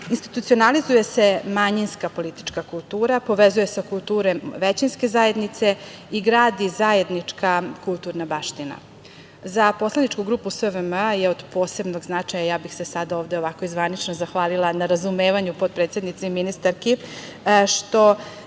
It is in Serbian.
institucionalizuje se manjinska politička kultura, povezuju se kulture većinske zajednice i gradi zajednička kulturna baština.Za poslaničku grupu SVM je od posebnog značaja, ja bih se sada ovde zvanično zahvalila na razumevanju potpredsednici i ministarki što